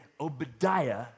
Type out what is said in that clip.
Obadiah